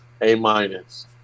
A-minus